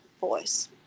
voice